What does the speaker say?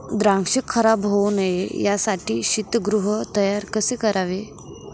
द्राक्ष खराब होऊ नये यासाठी शीतगृह तयार कसे करावे?